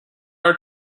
are